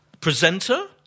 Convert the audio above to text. presenter